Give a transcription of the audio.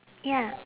ya